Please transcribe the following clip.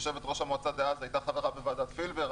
יושבת-ראש המועצה דאז הייתה חברה בוועדת פילבר.